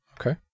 Okay